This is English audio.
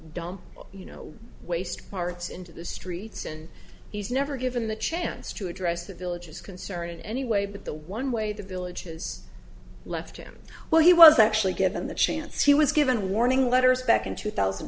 dump you know waste parts into the streets and he's never given the chance to address the villages concern in any way but the one way the village has left him well he was actually given the chance he was given warning letters back in two thousand